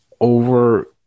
over